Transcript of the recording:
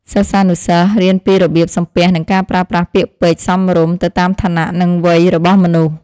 សិស្សានុសិស្សរៀនពីរបៀបសំពះនិងការប្រើប្រាស់ពាក្យពេចន៍សមរម្យទៅតាមឋានៈនិងវ័យរបស់មនុស្ស។